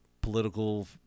political